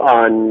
on